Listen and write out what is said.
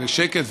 לשקט,